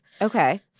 Okay